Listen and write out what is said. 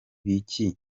bije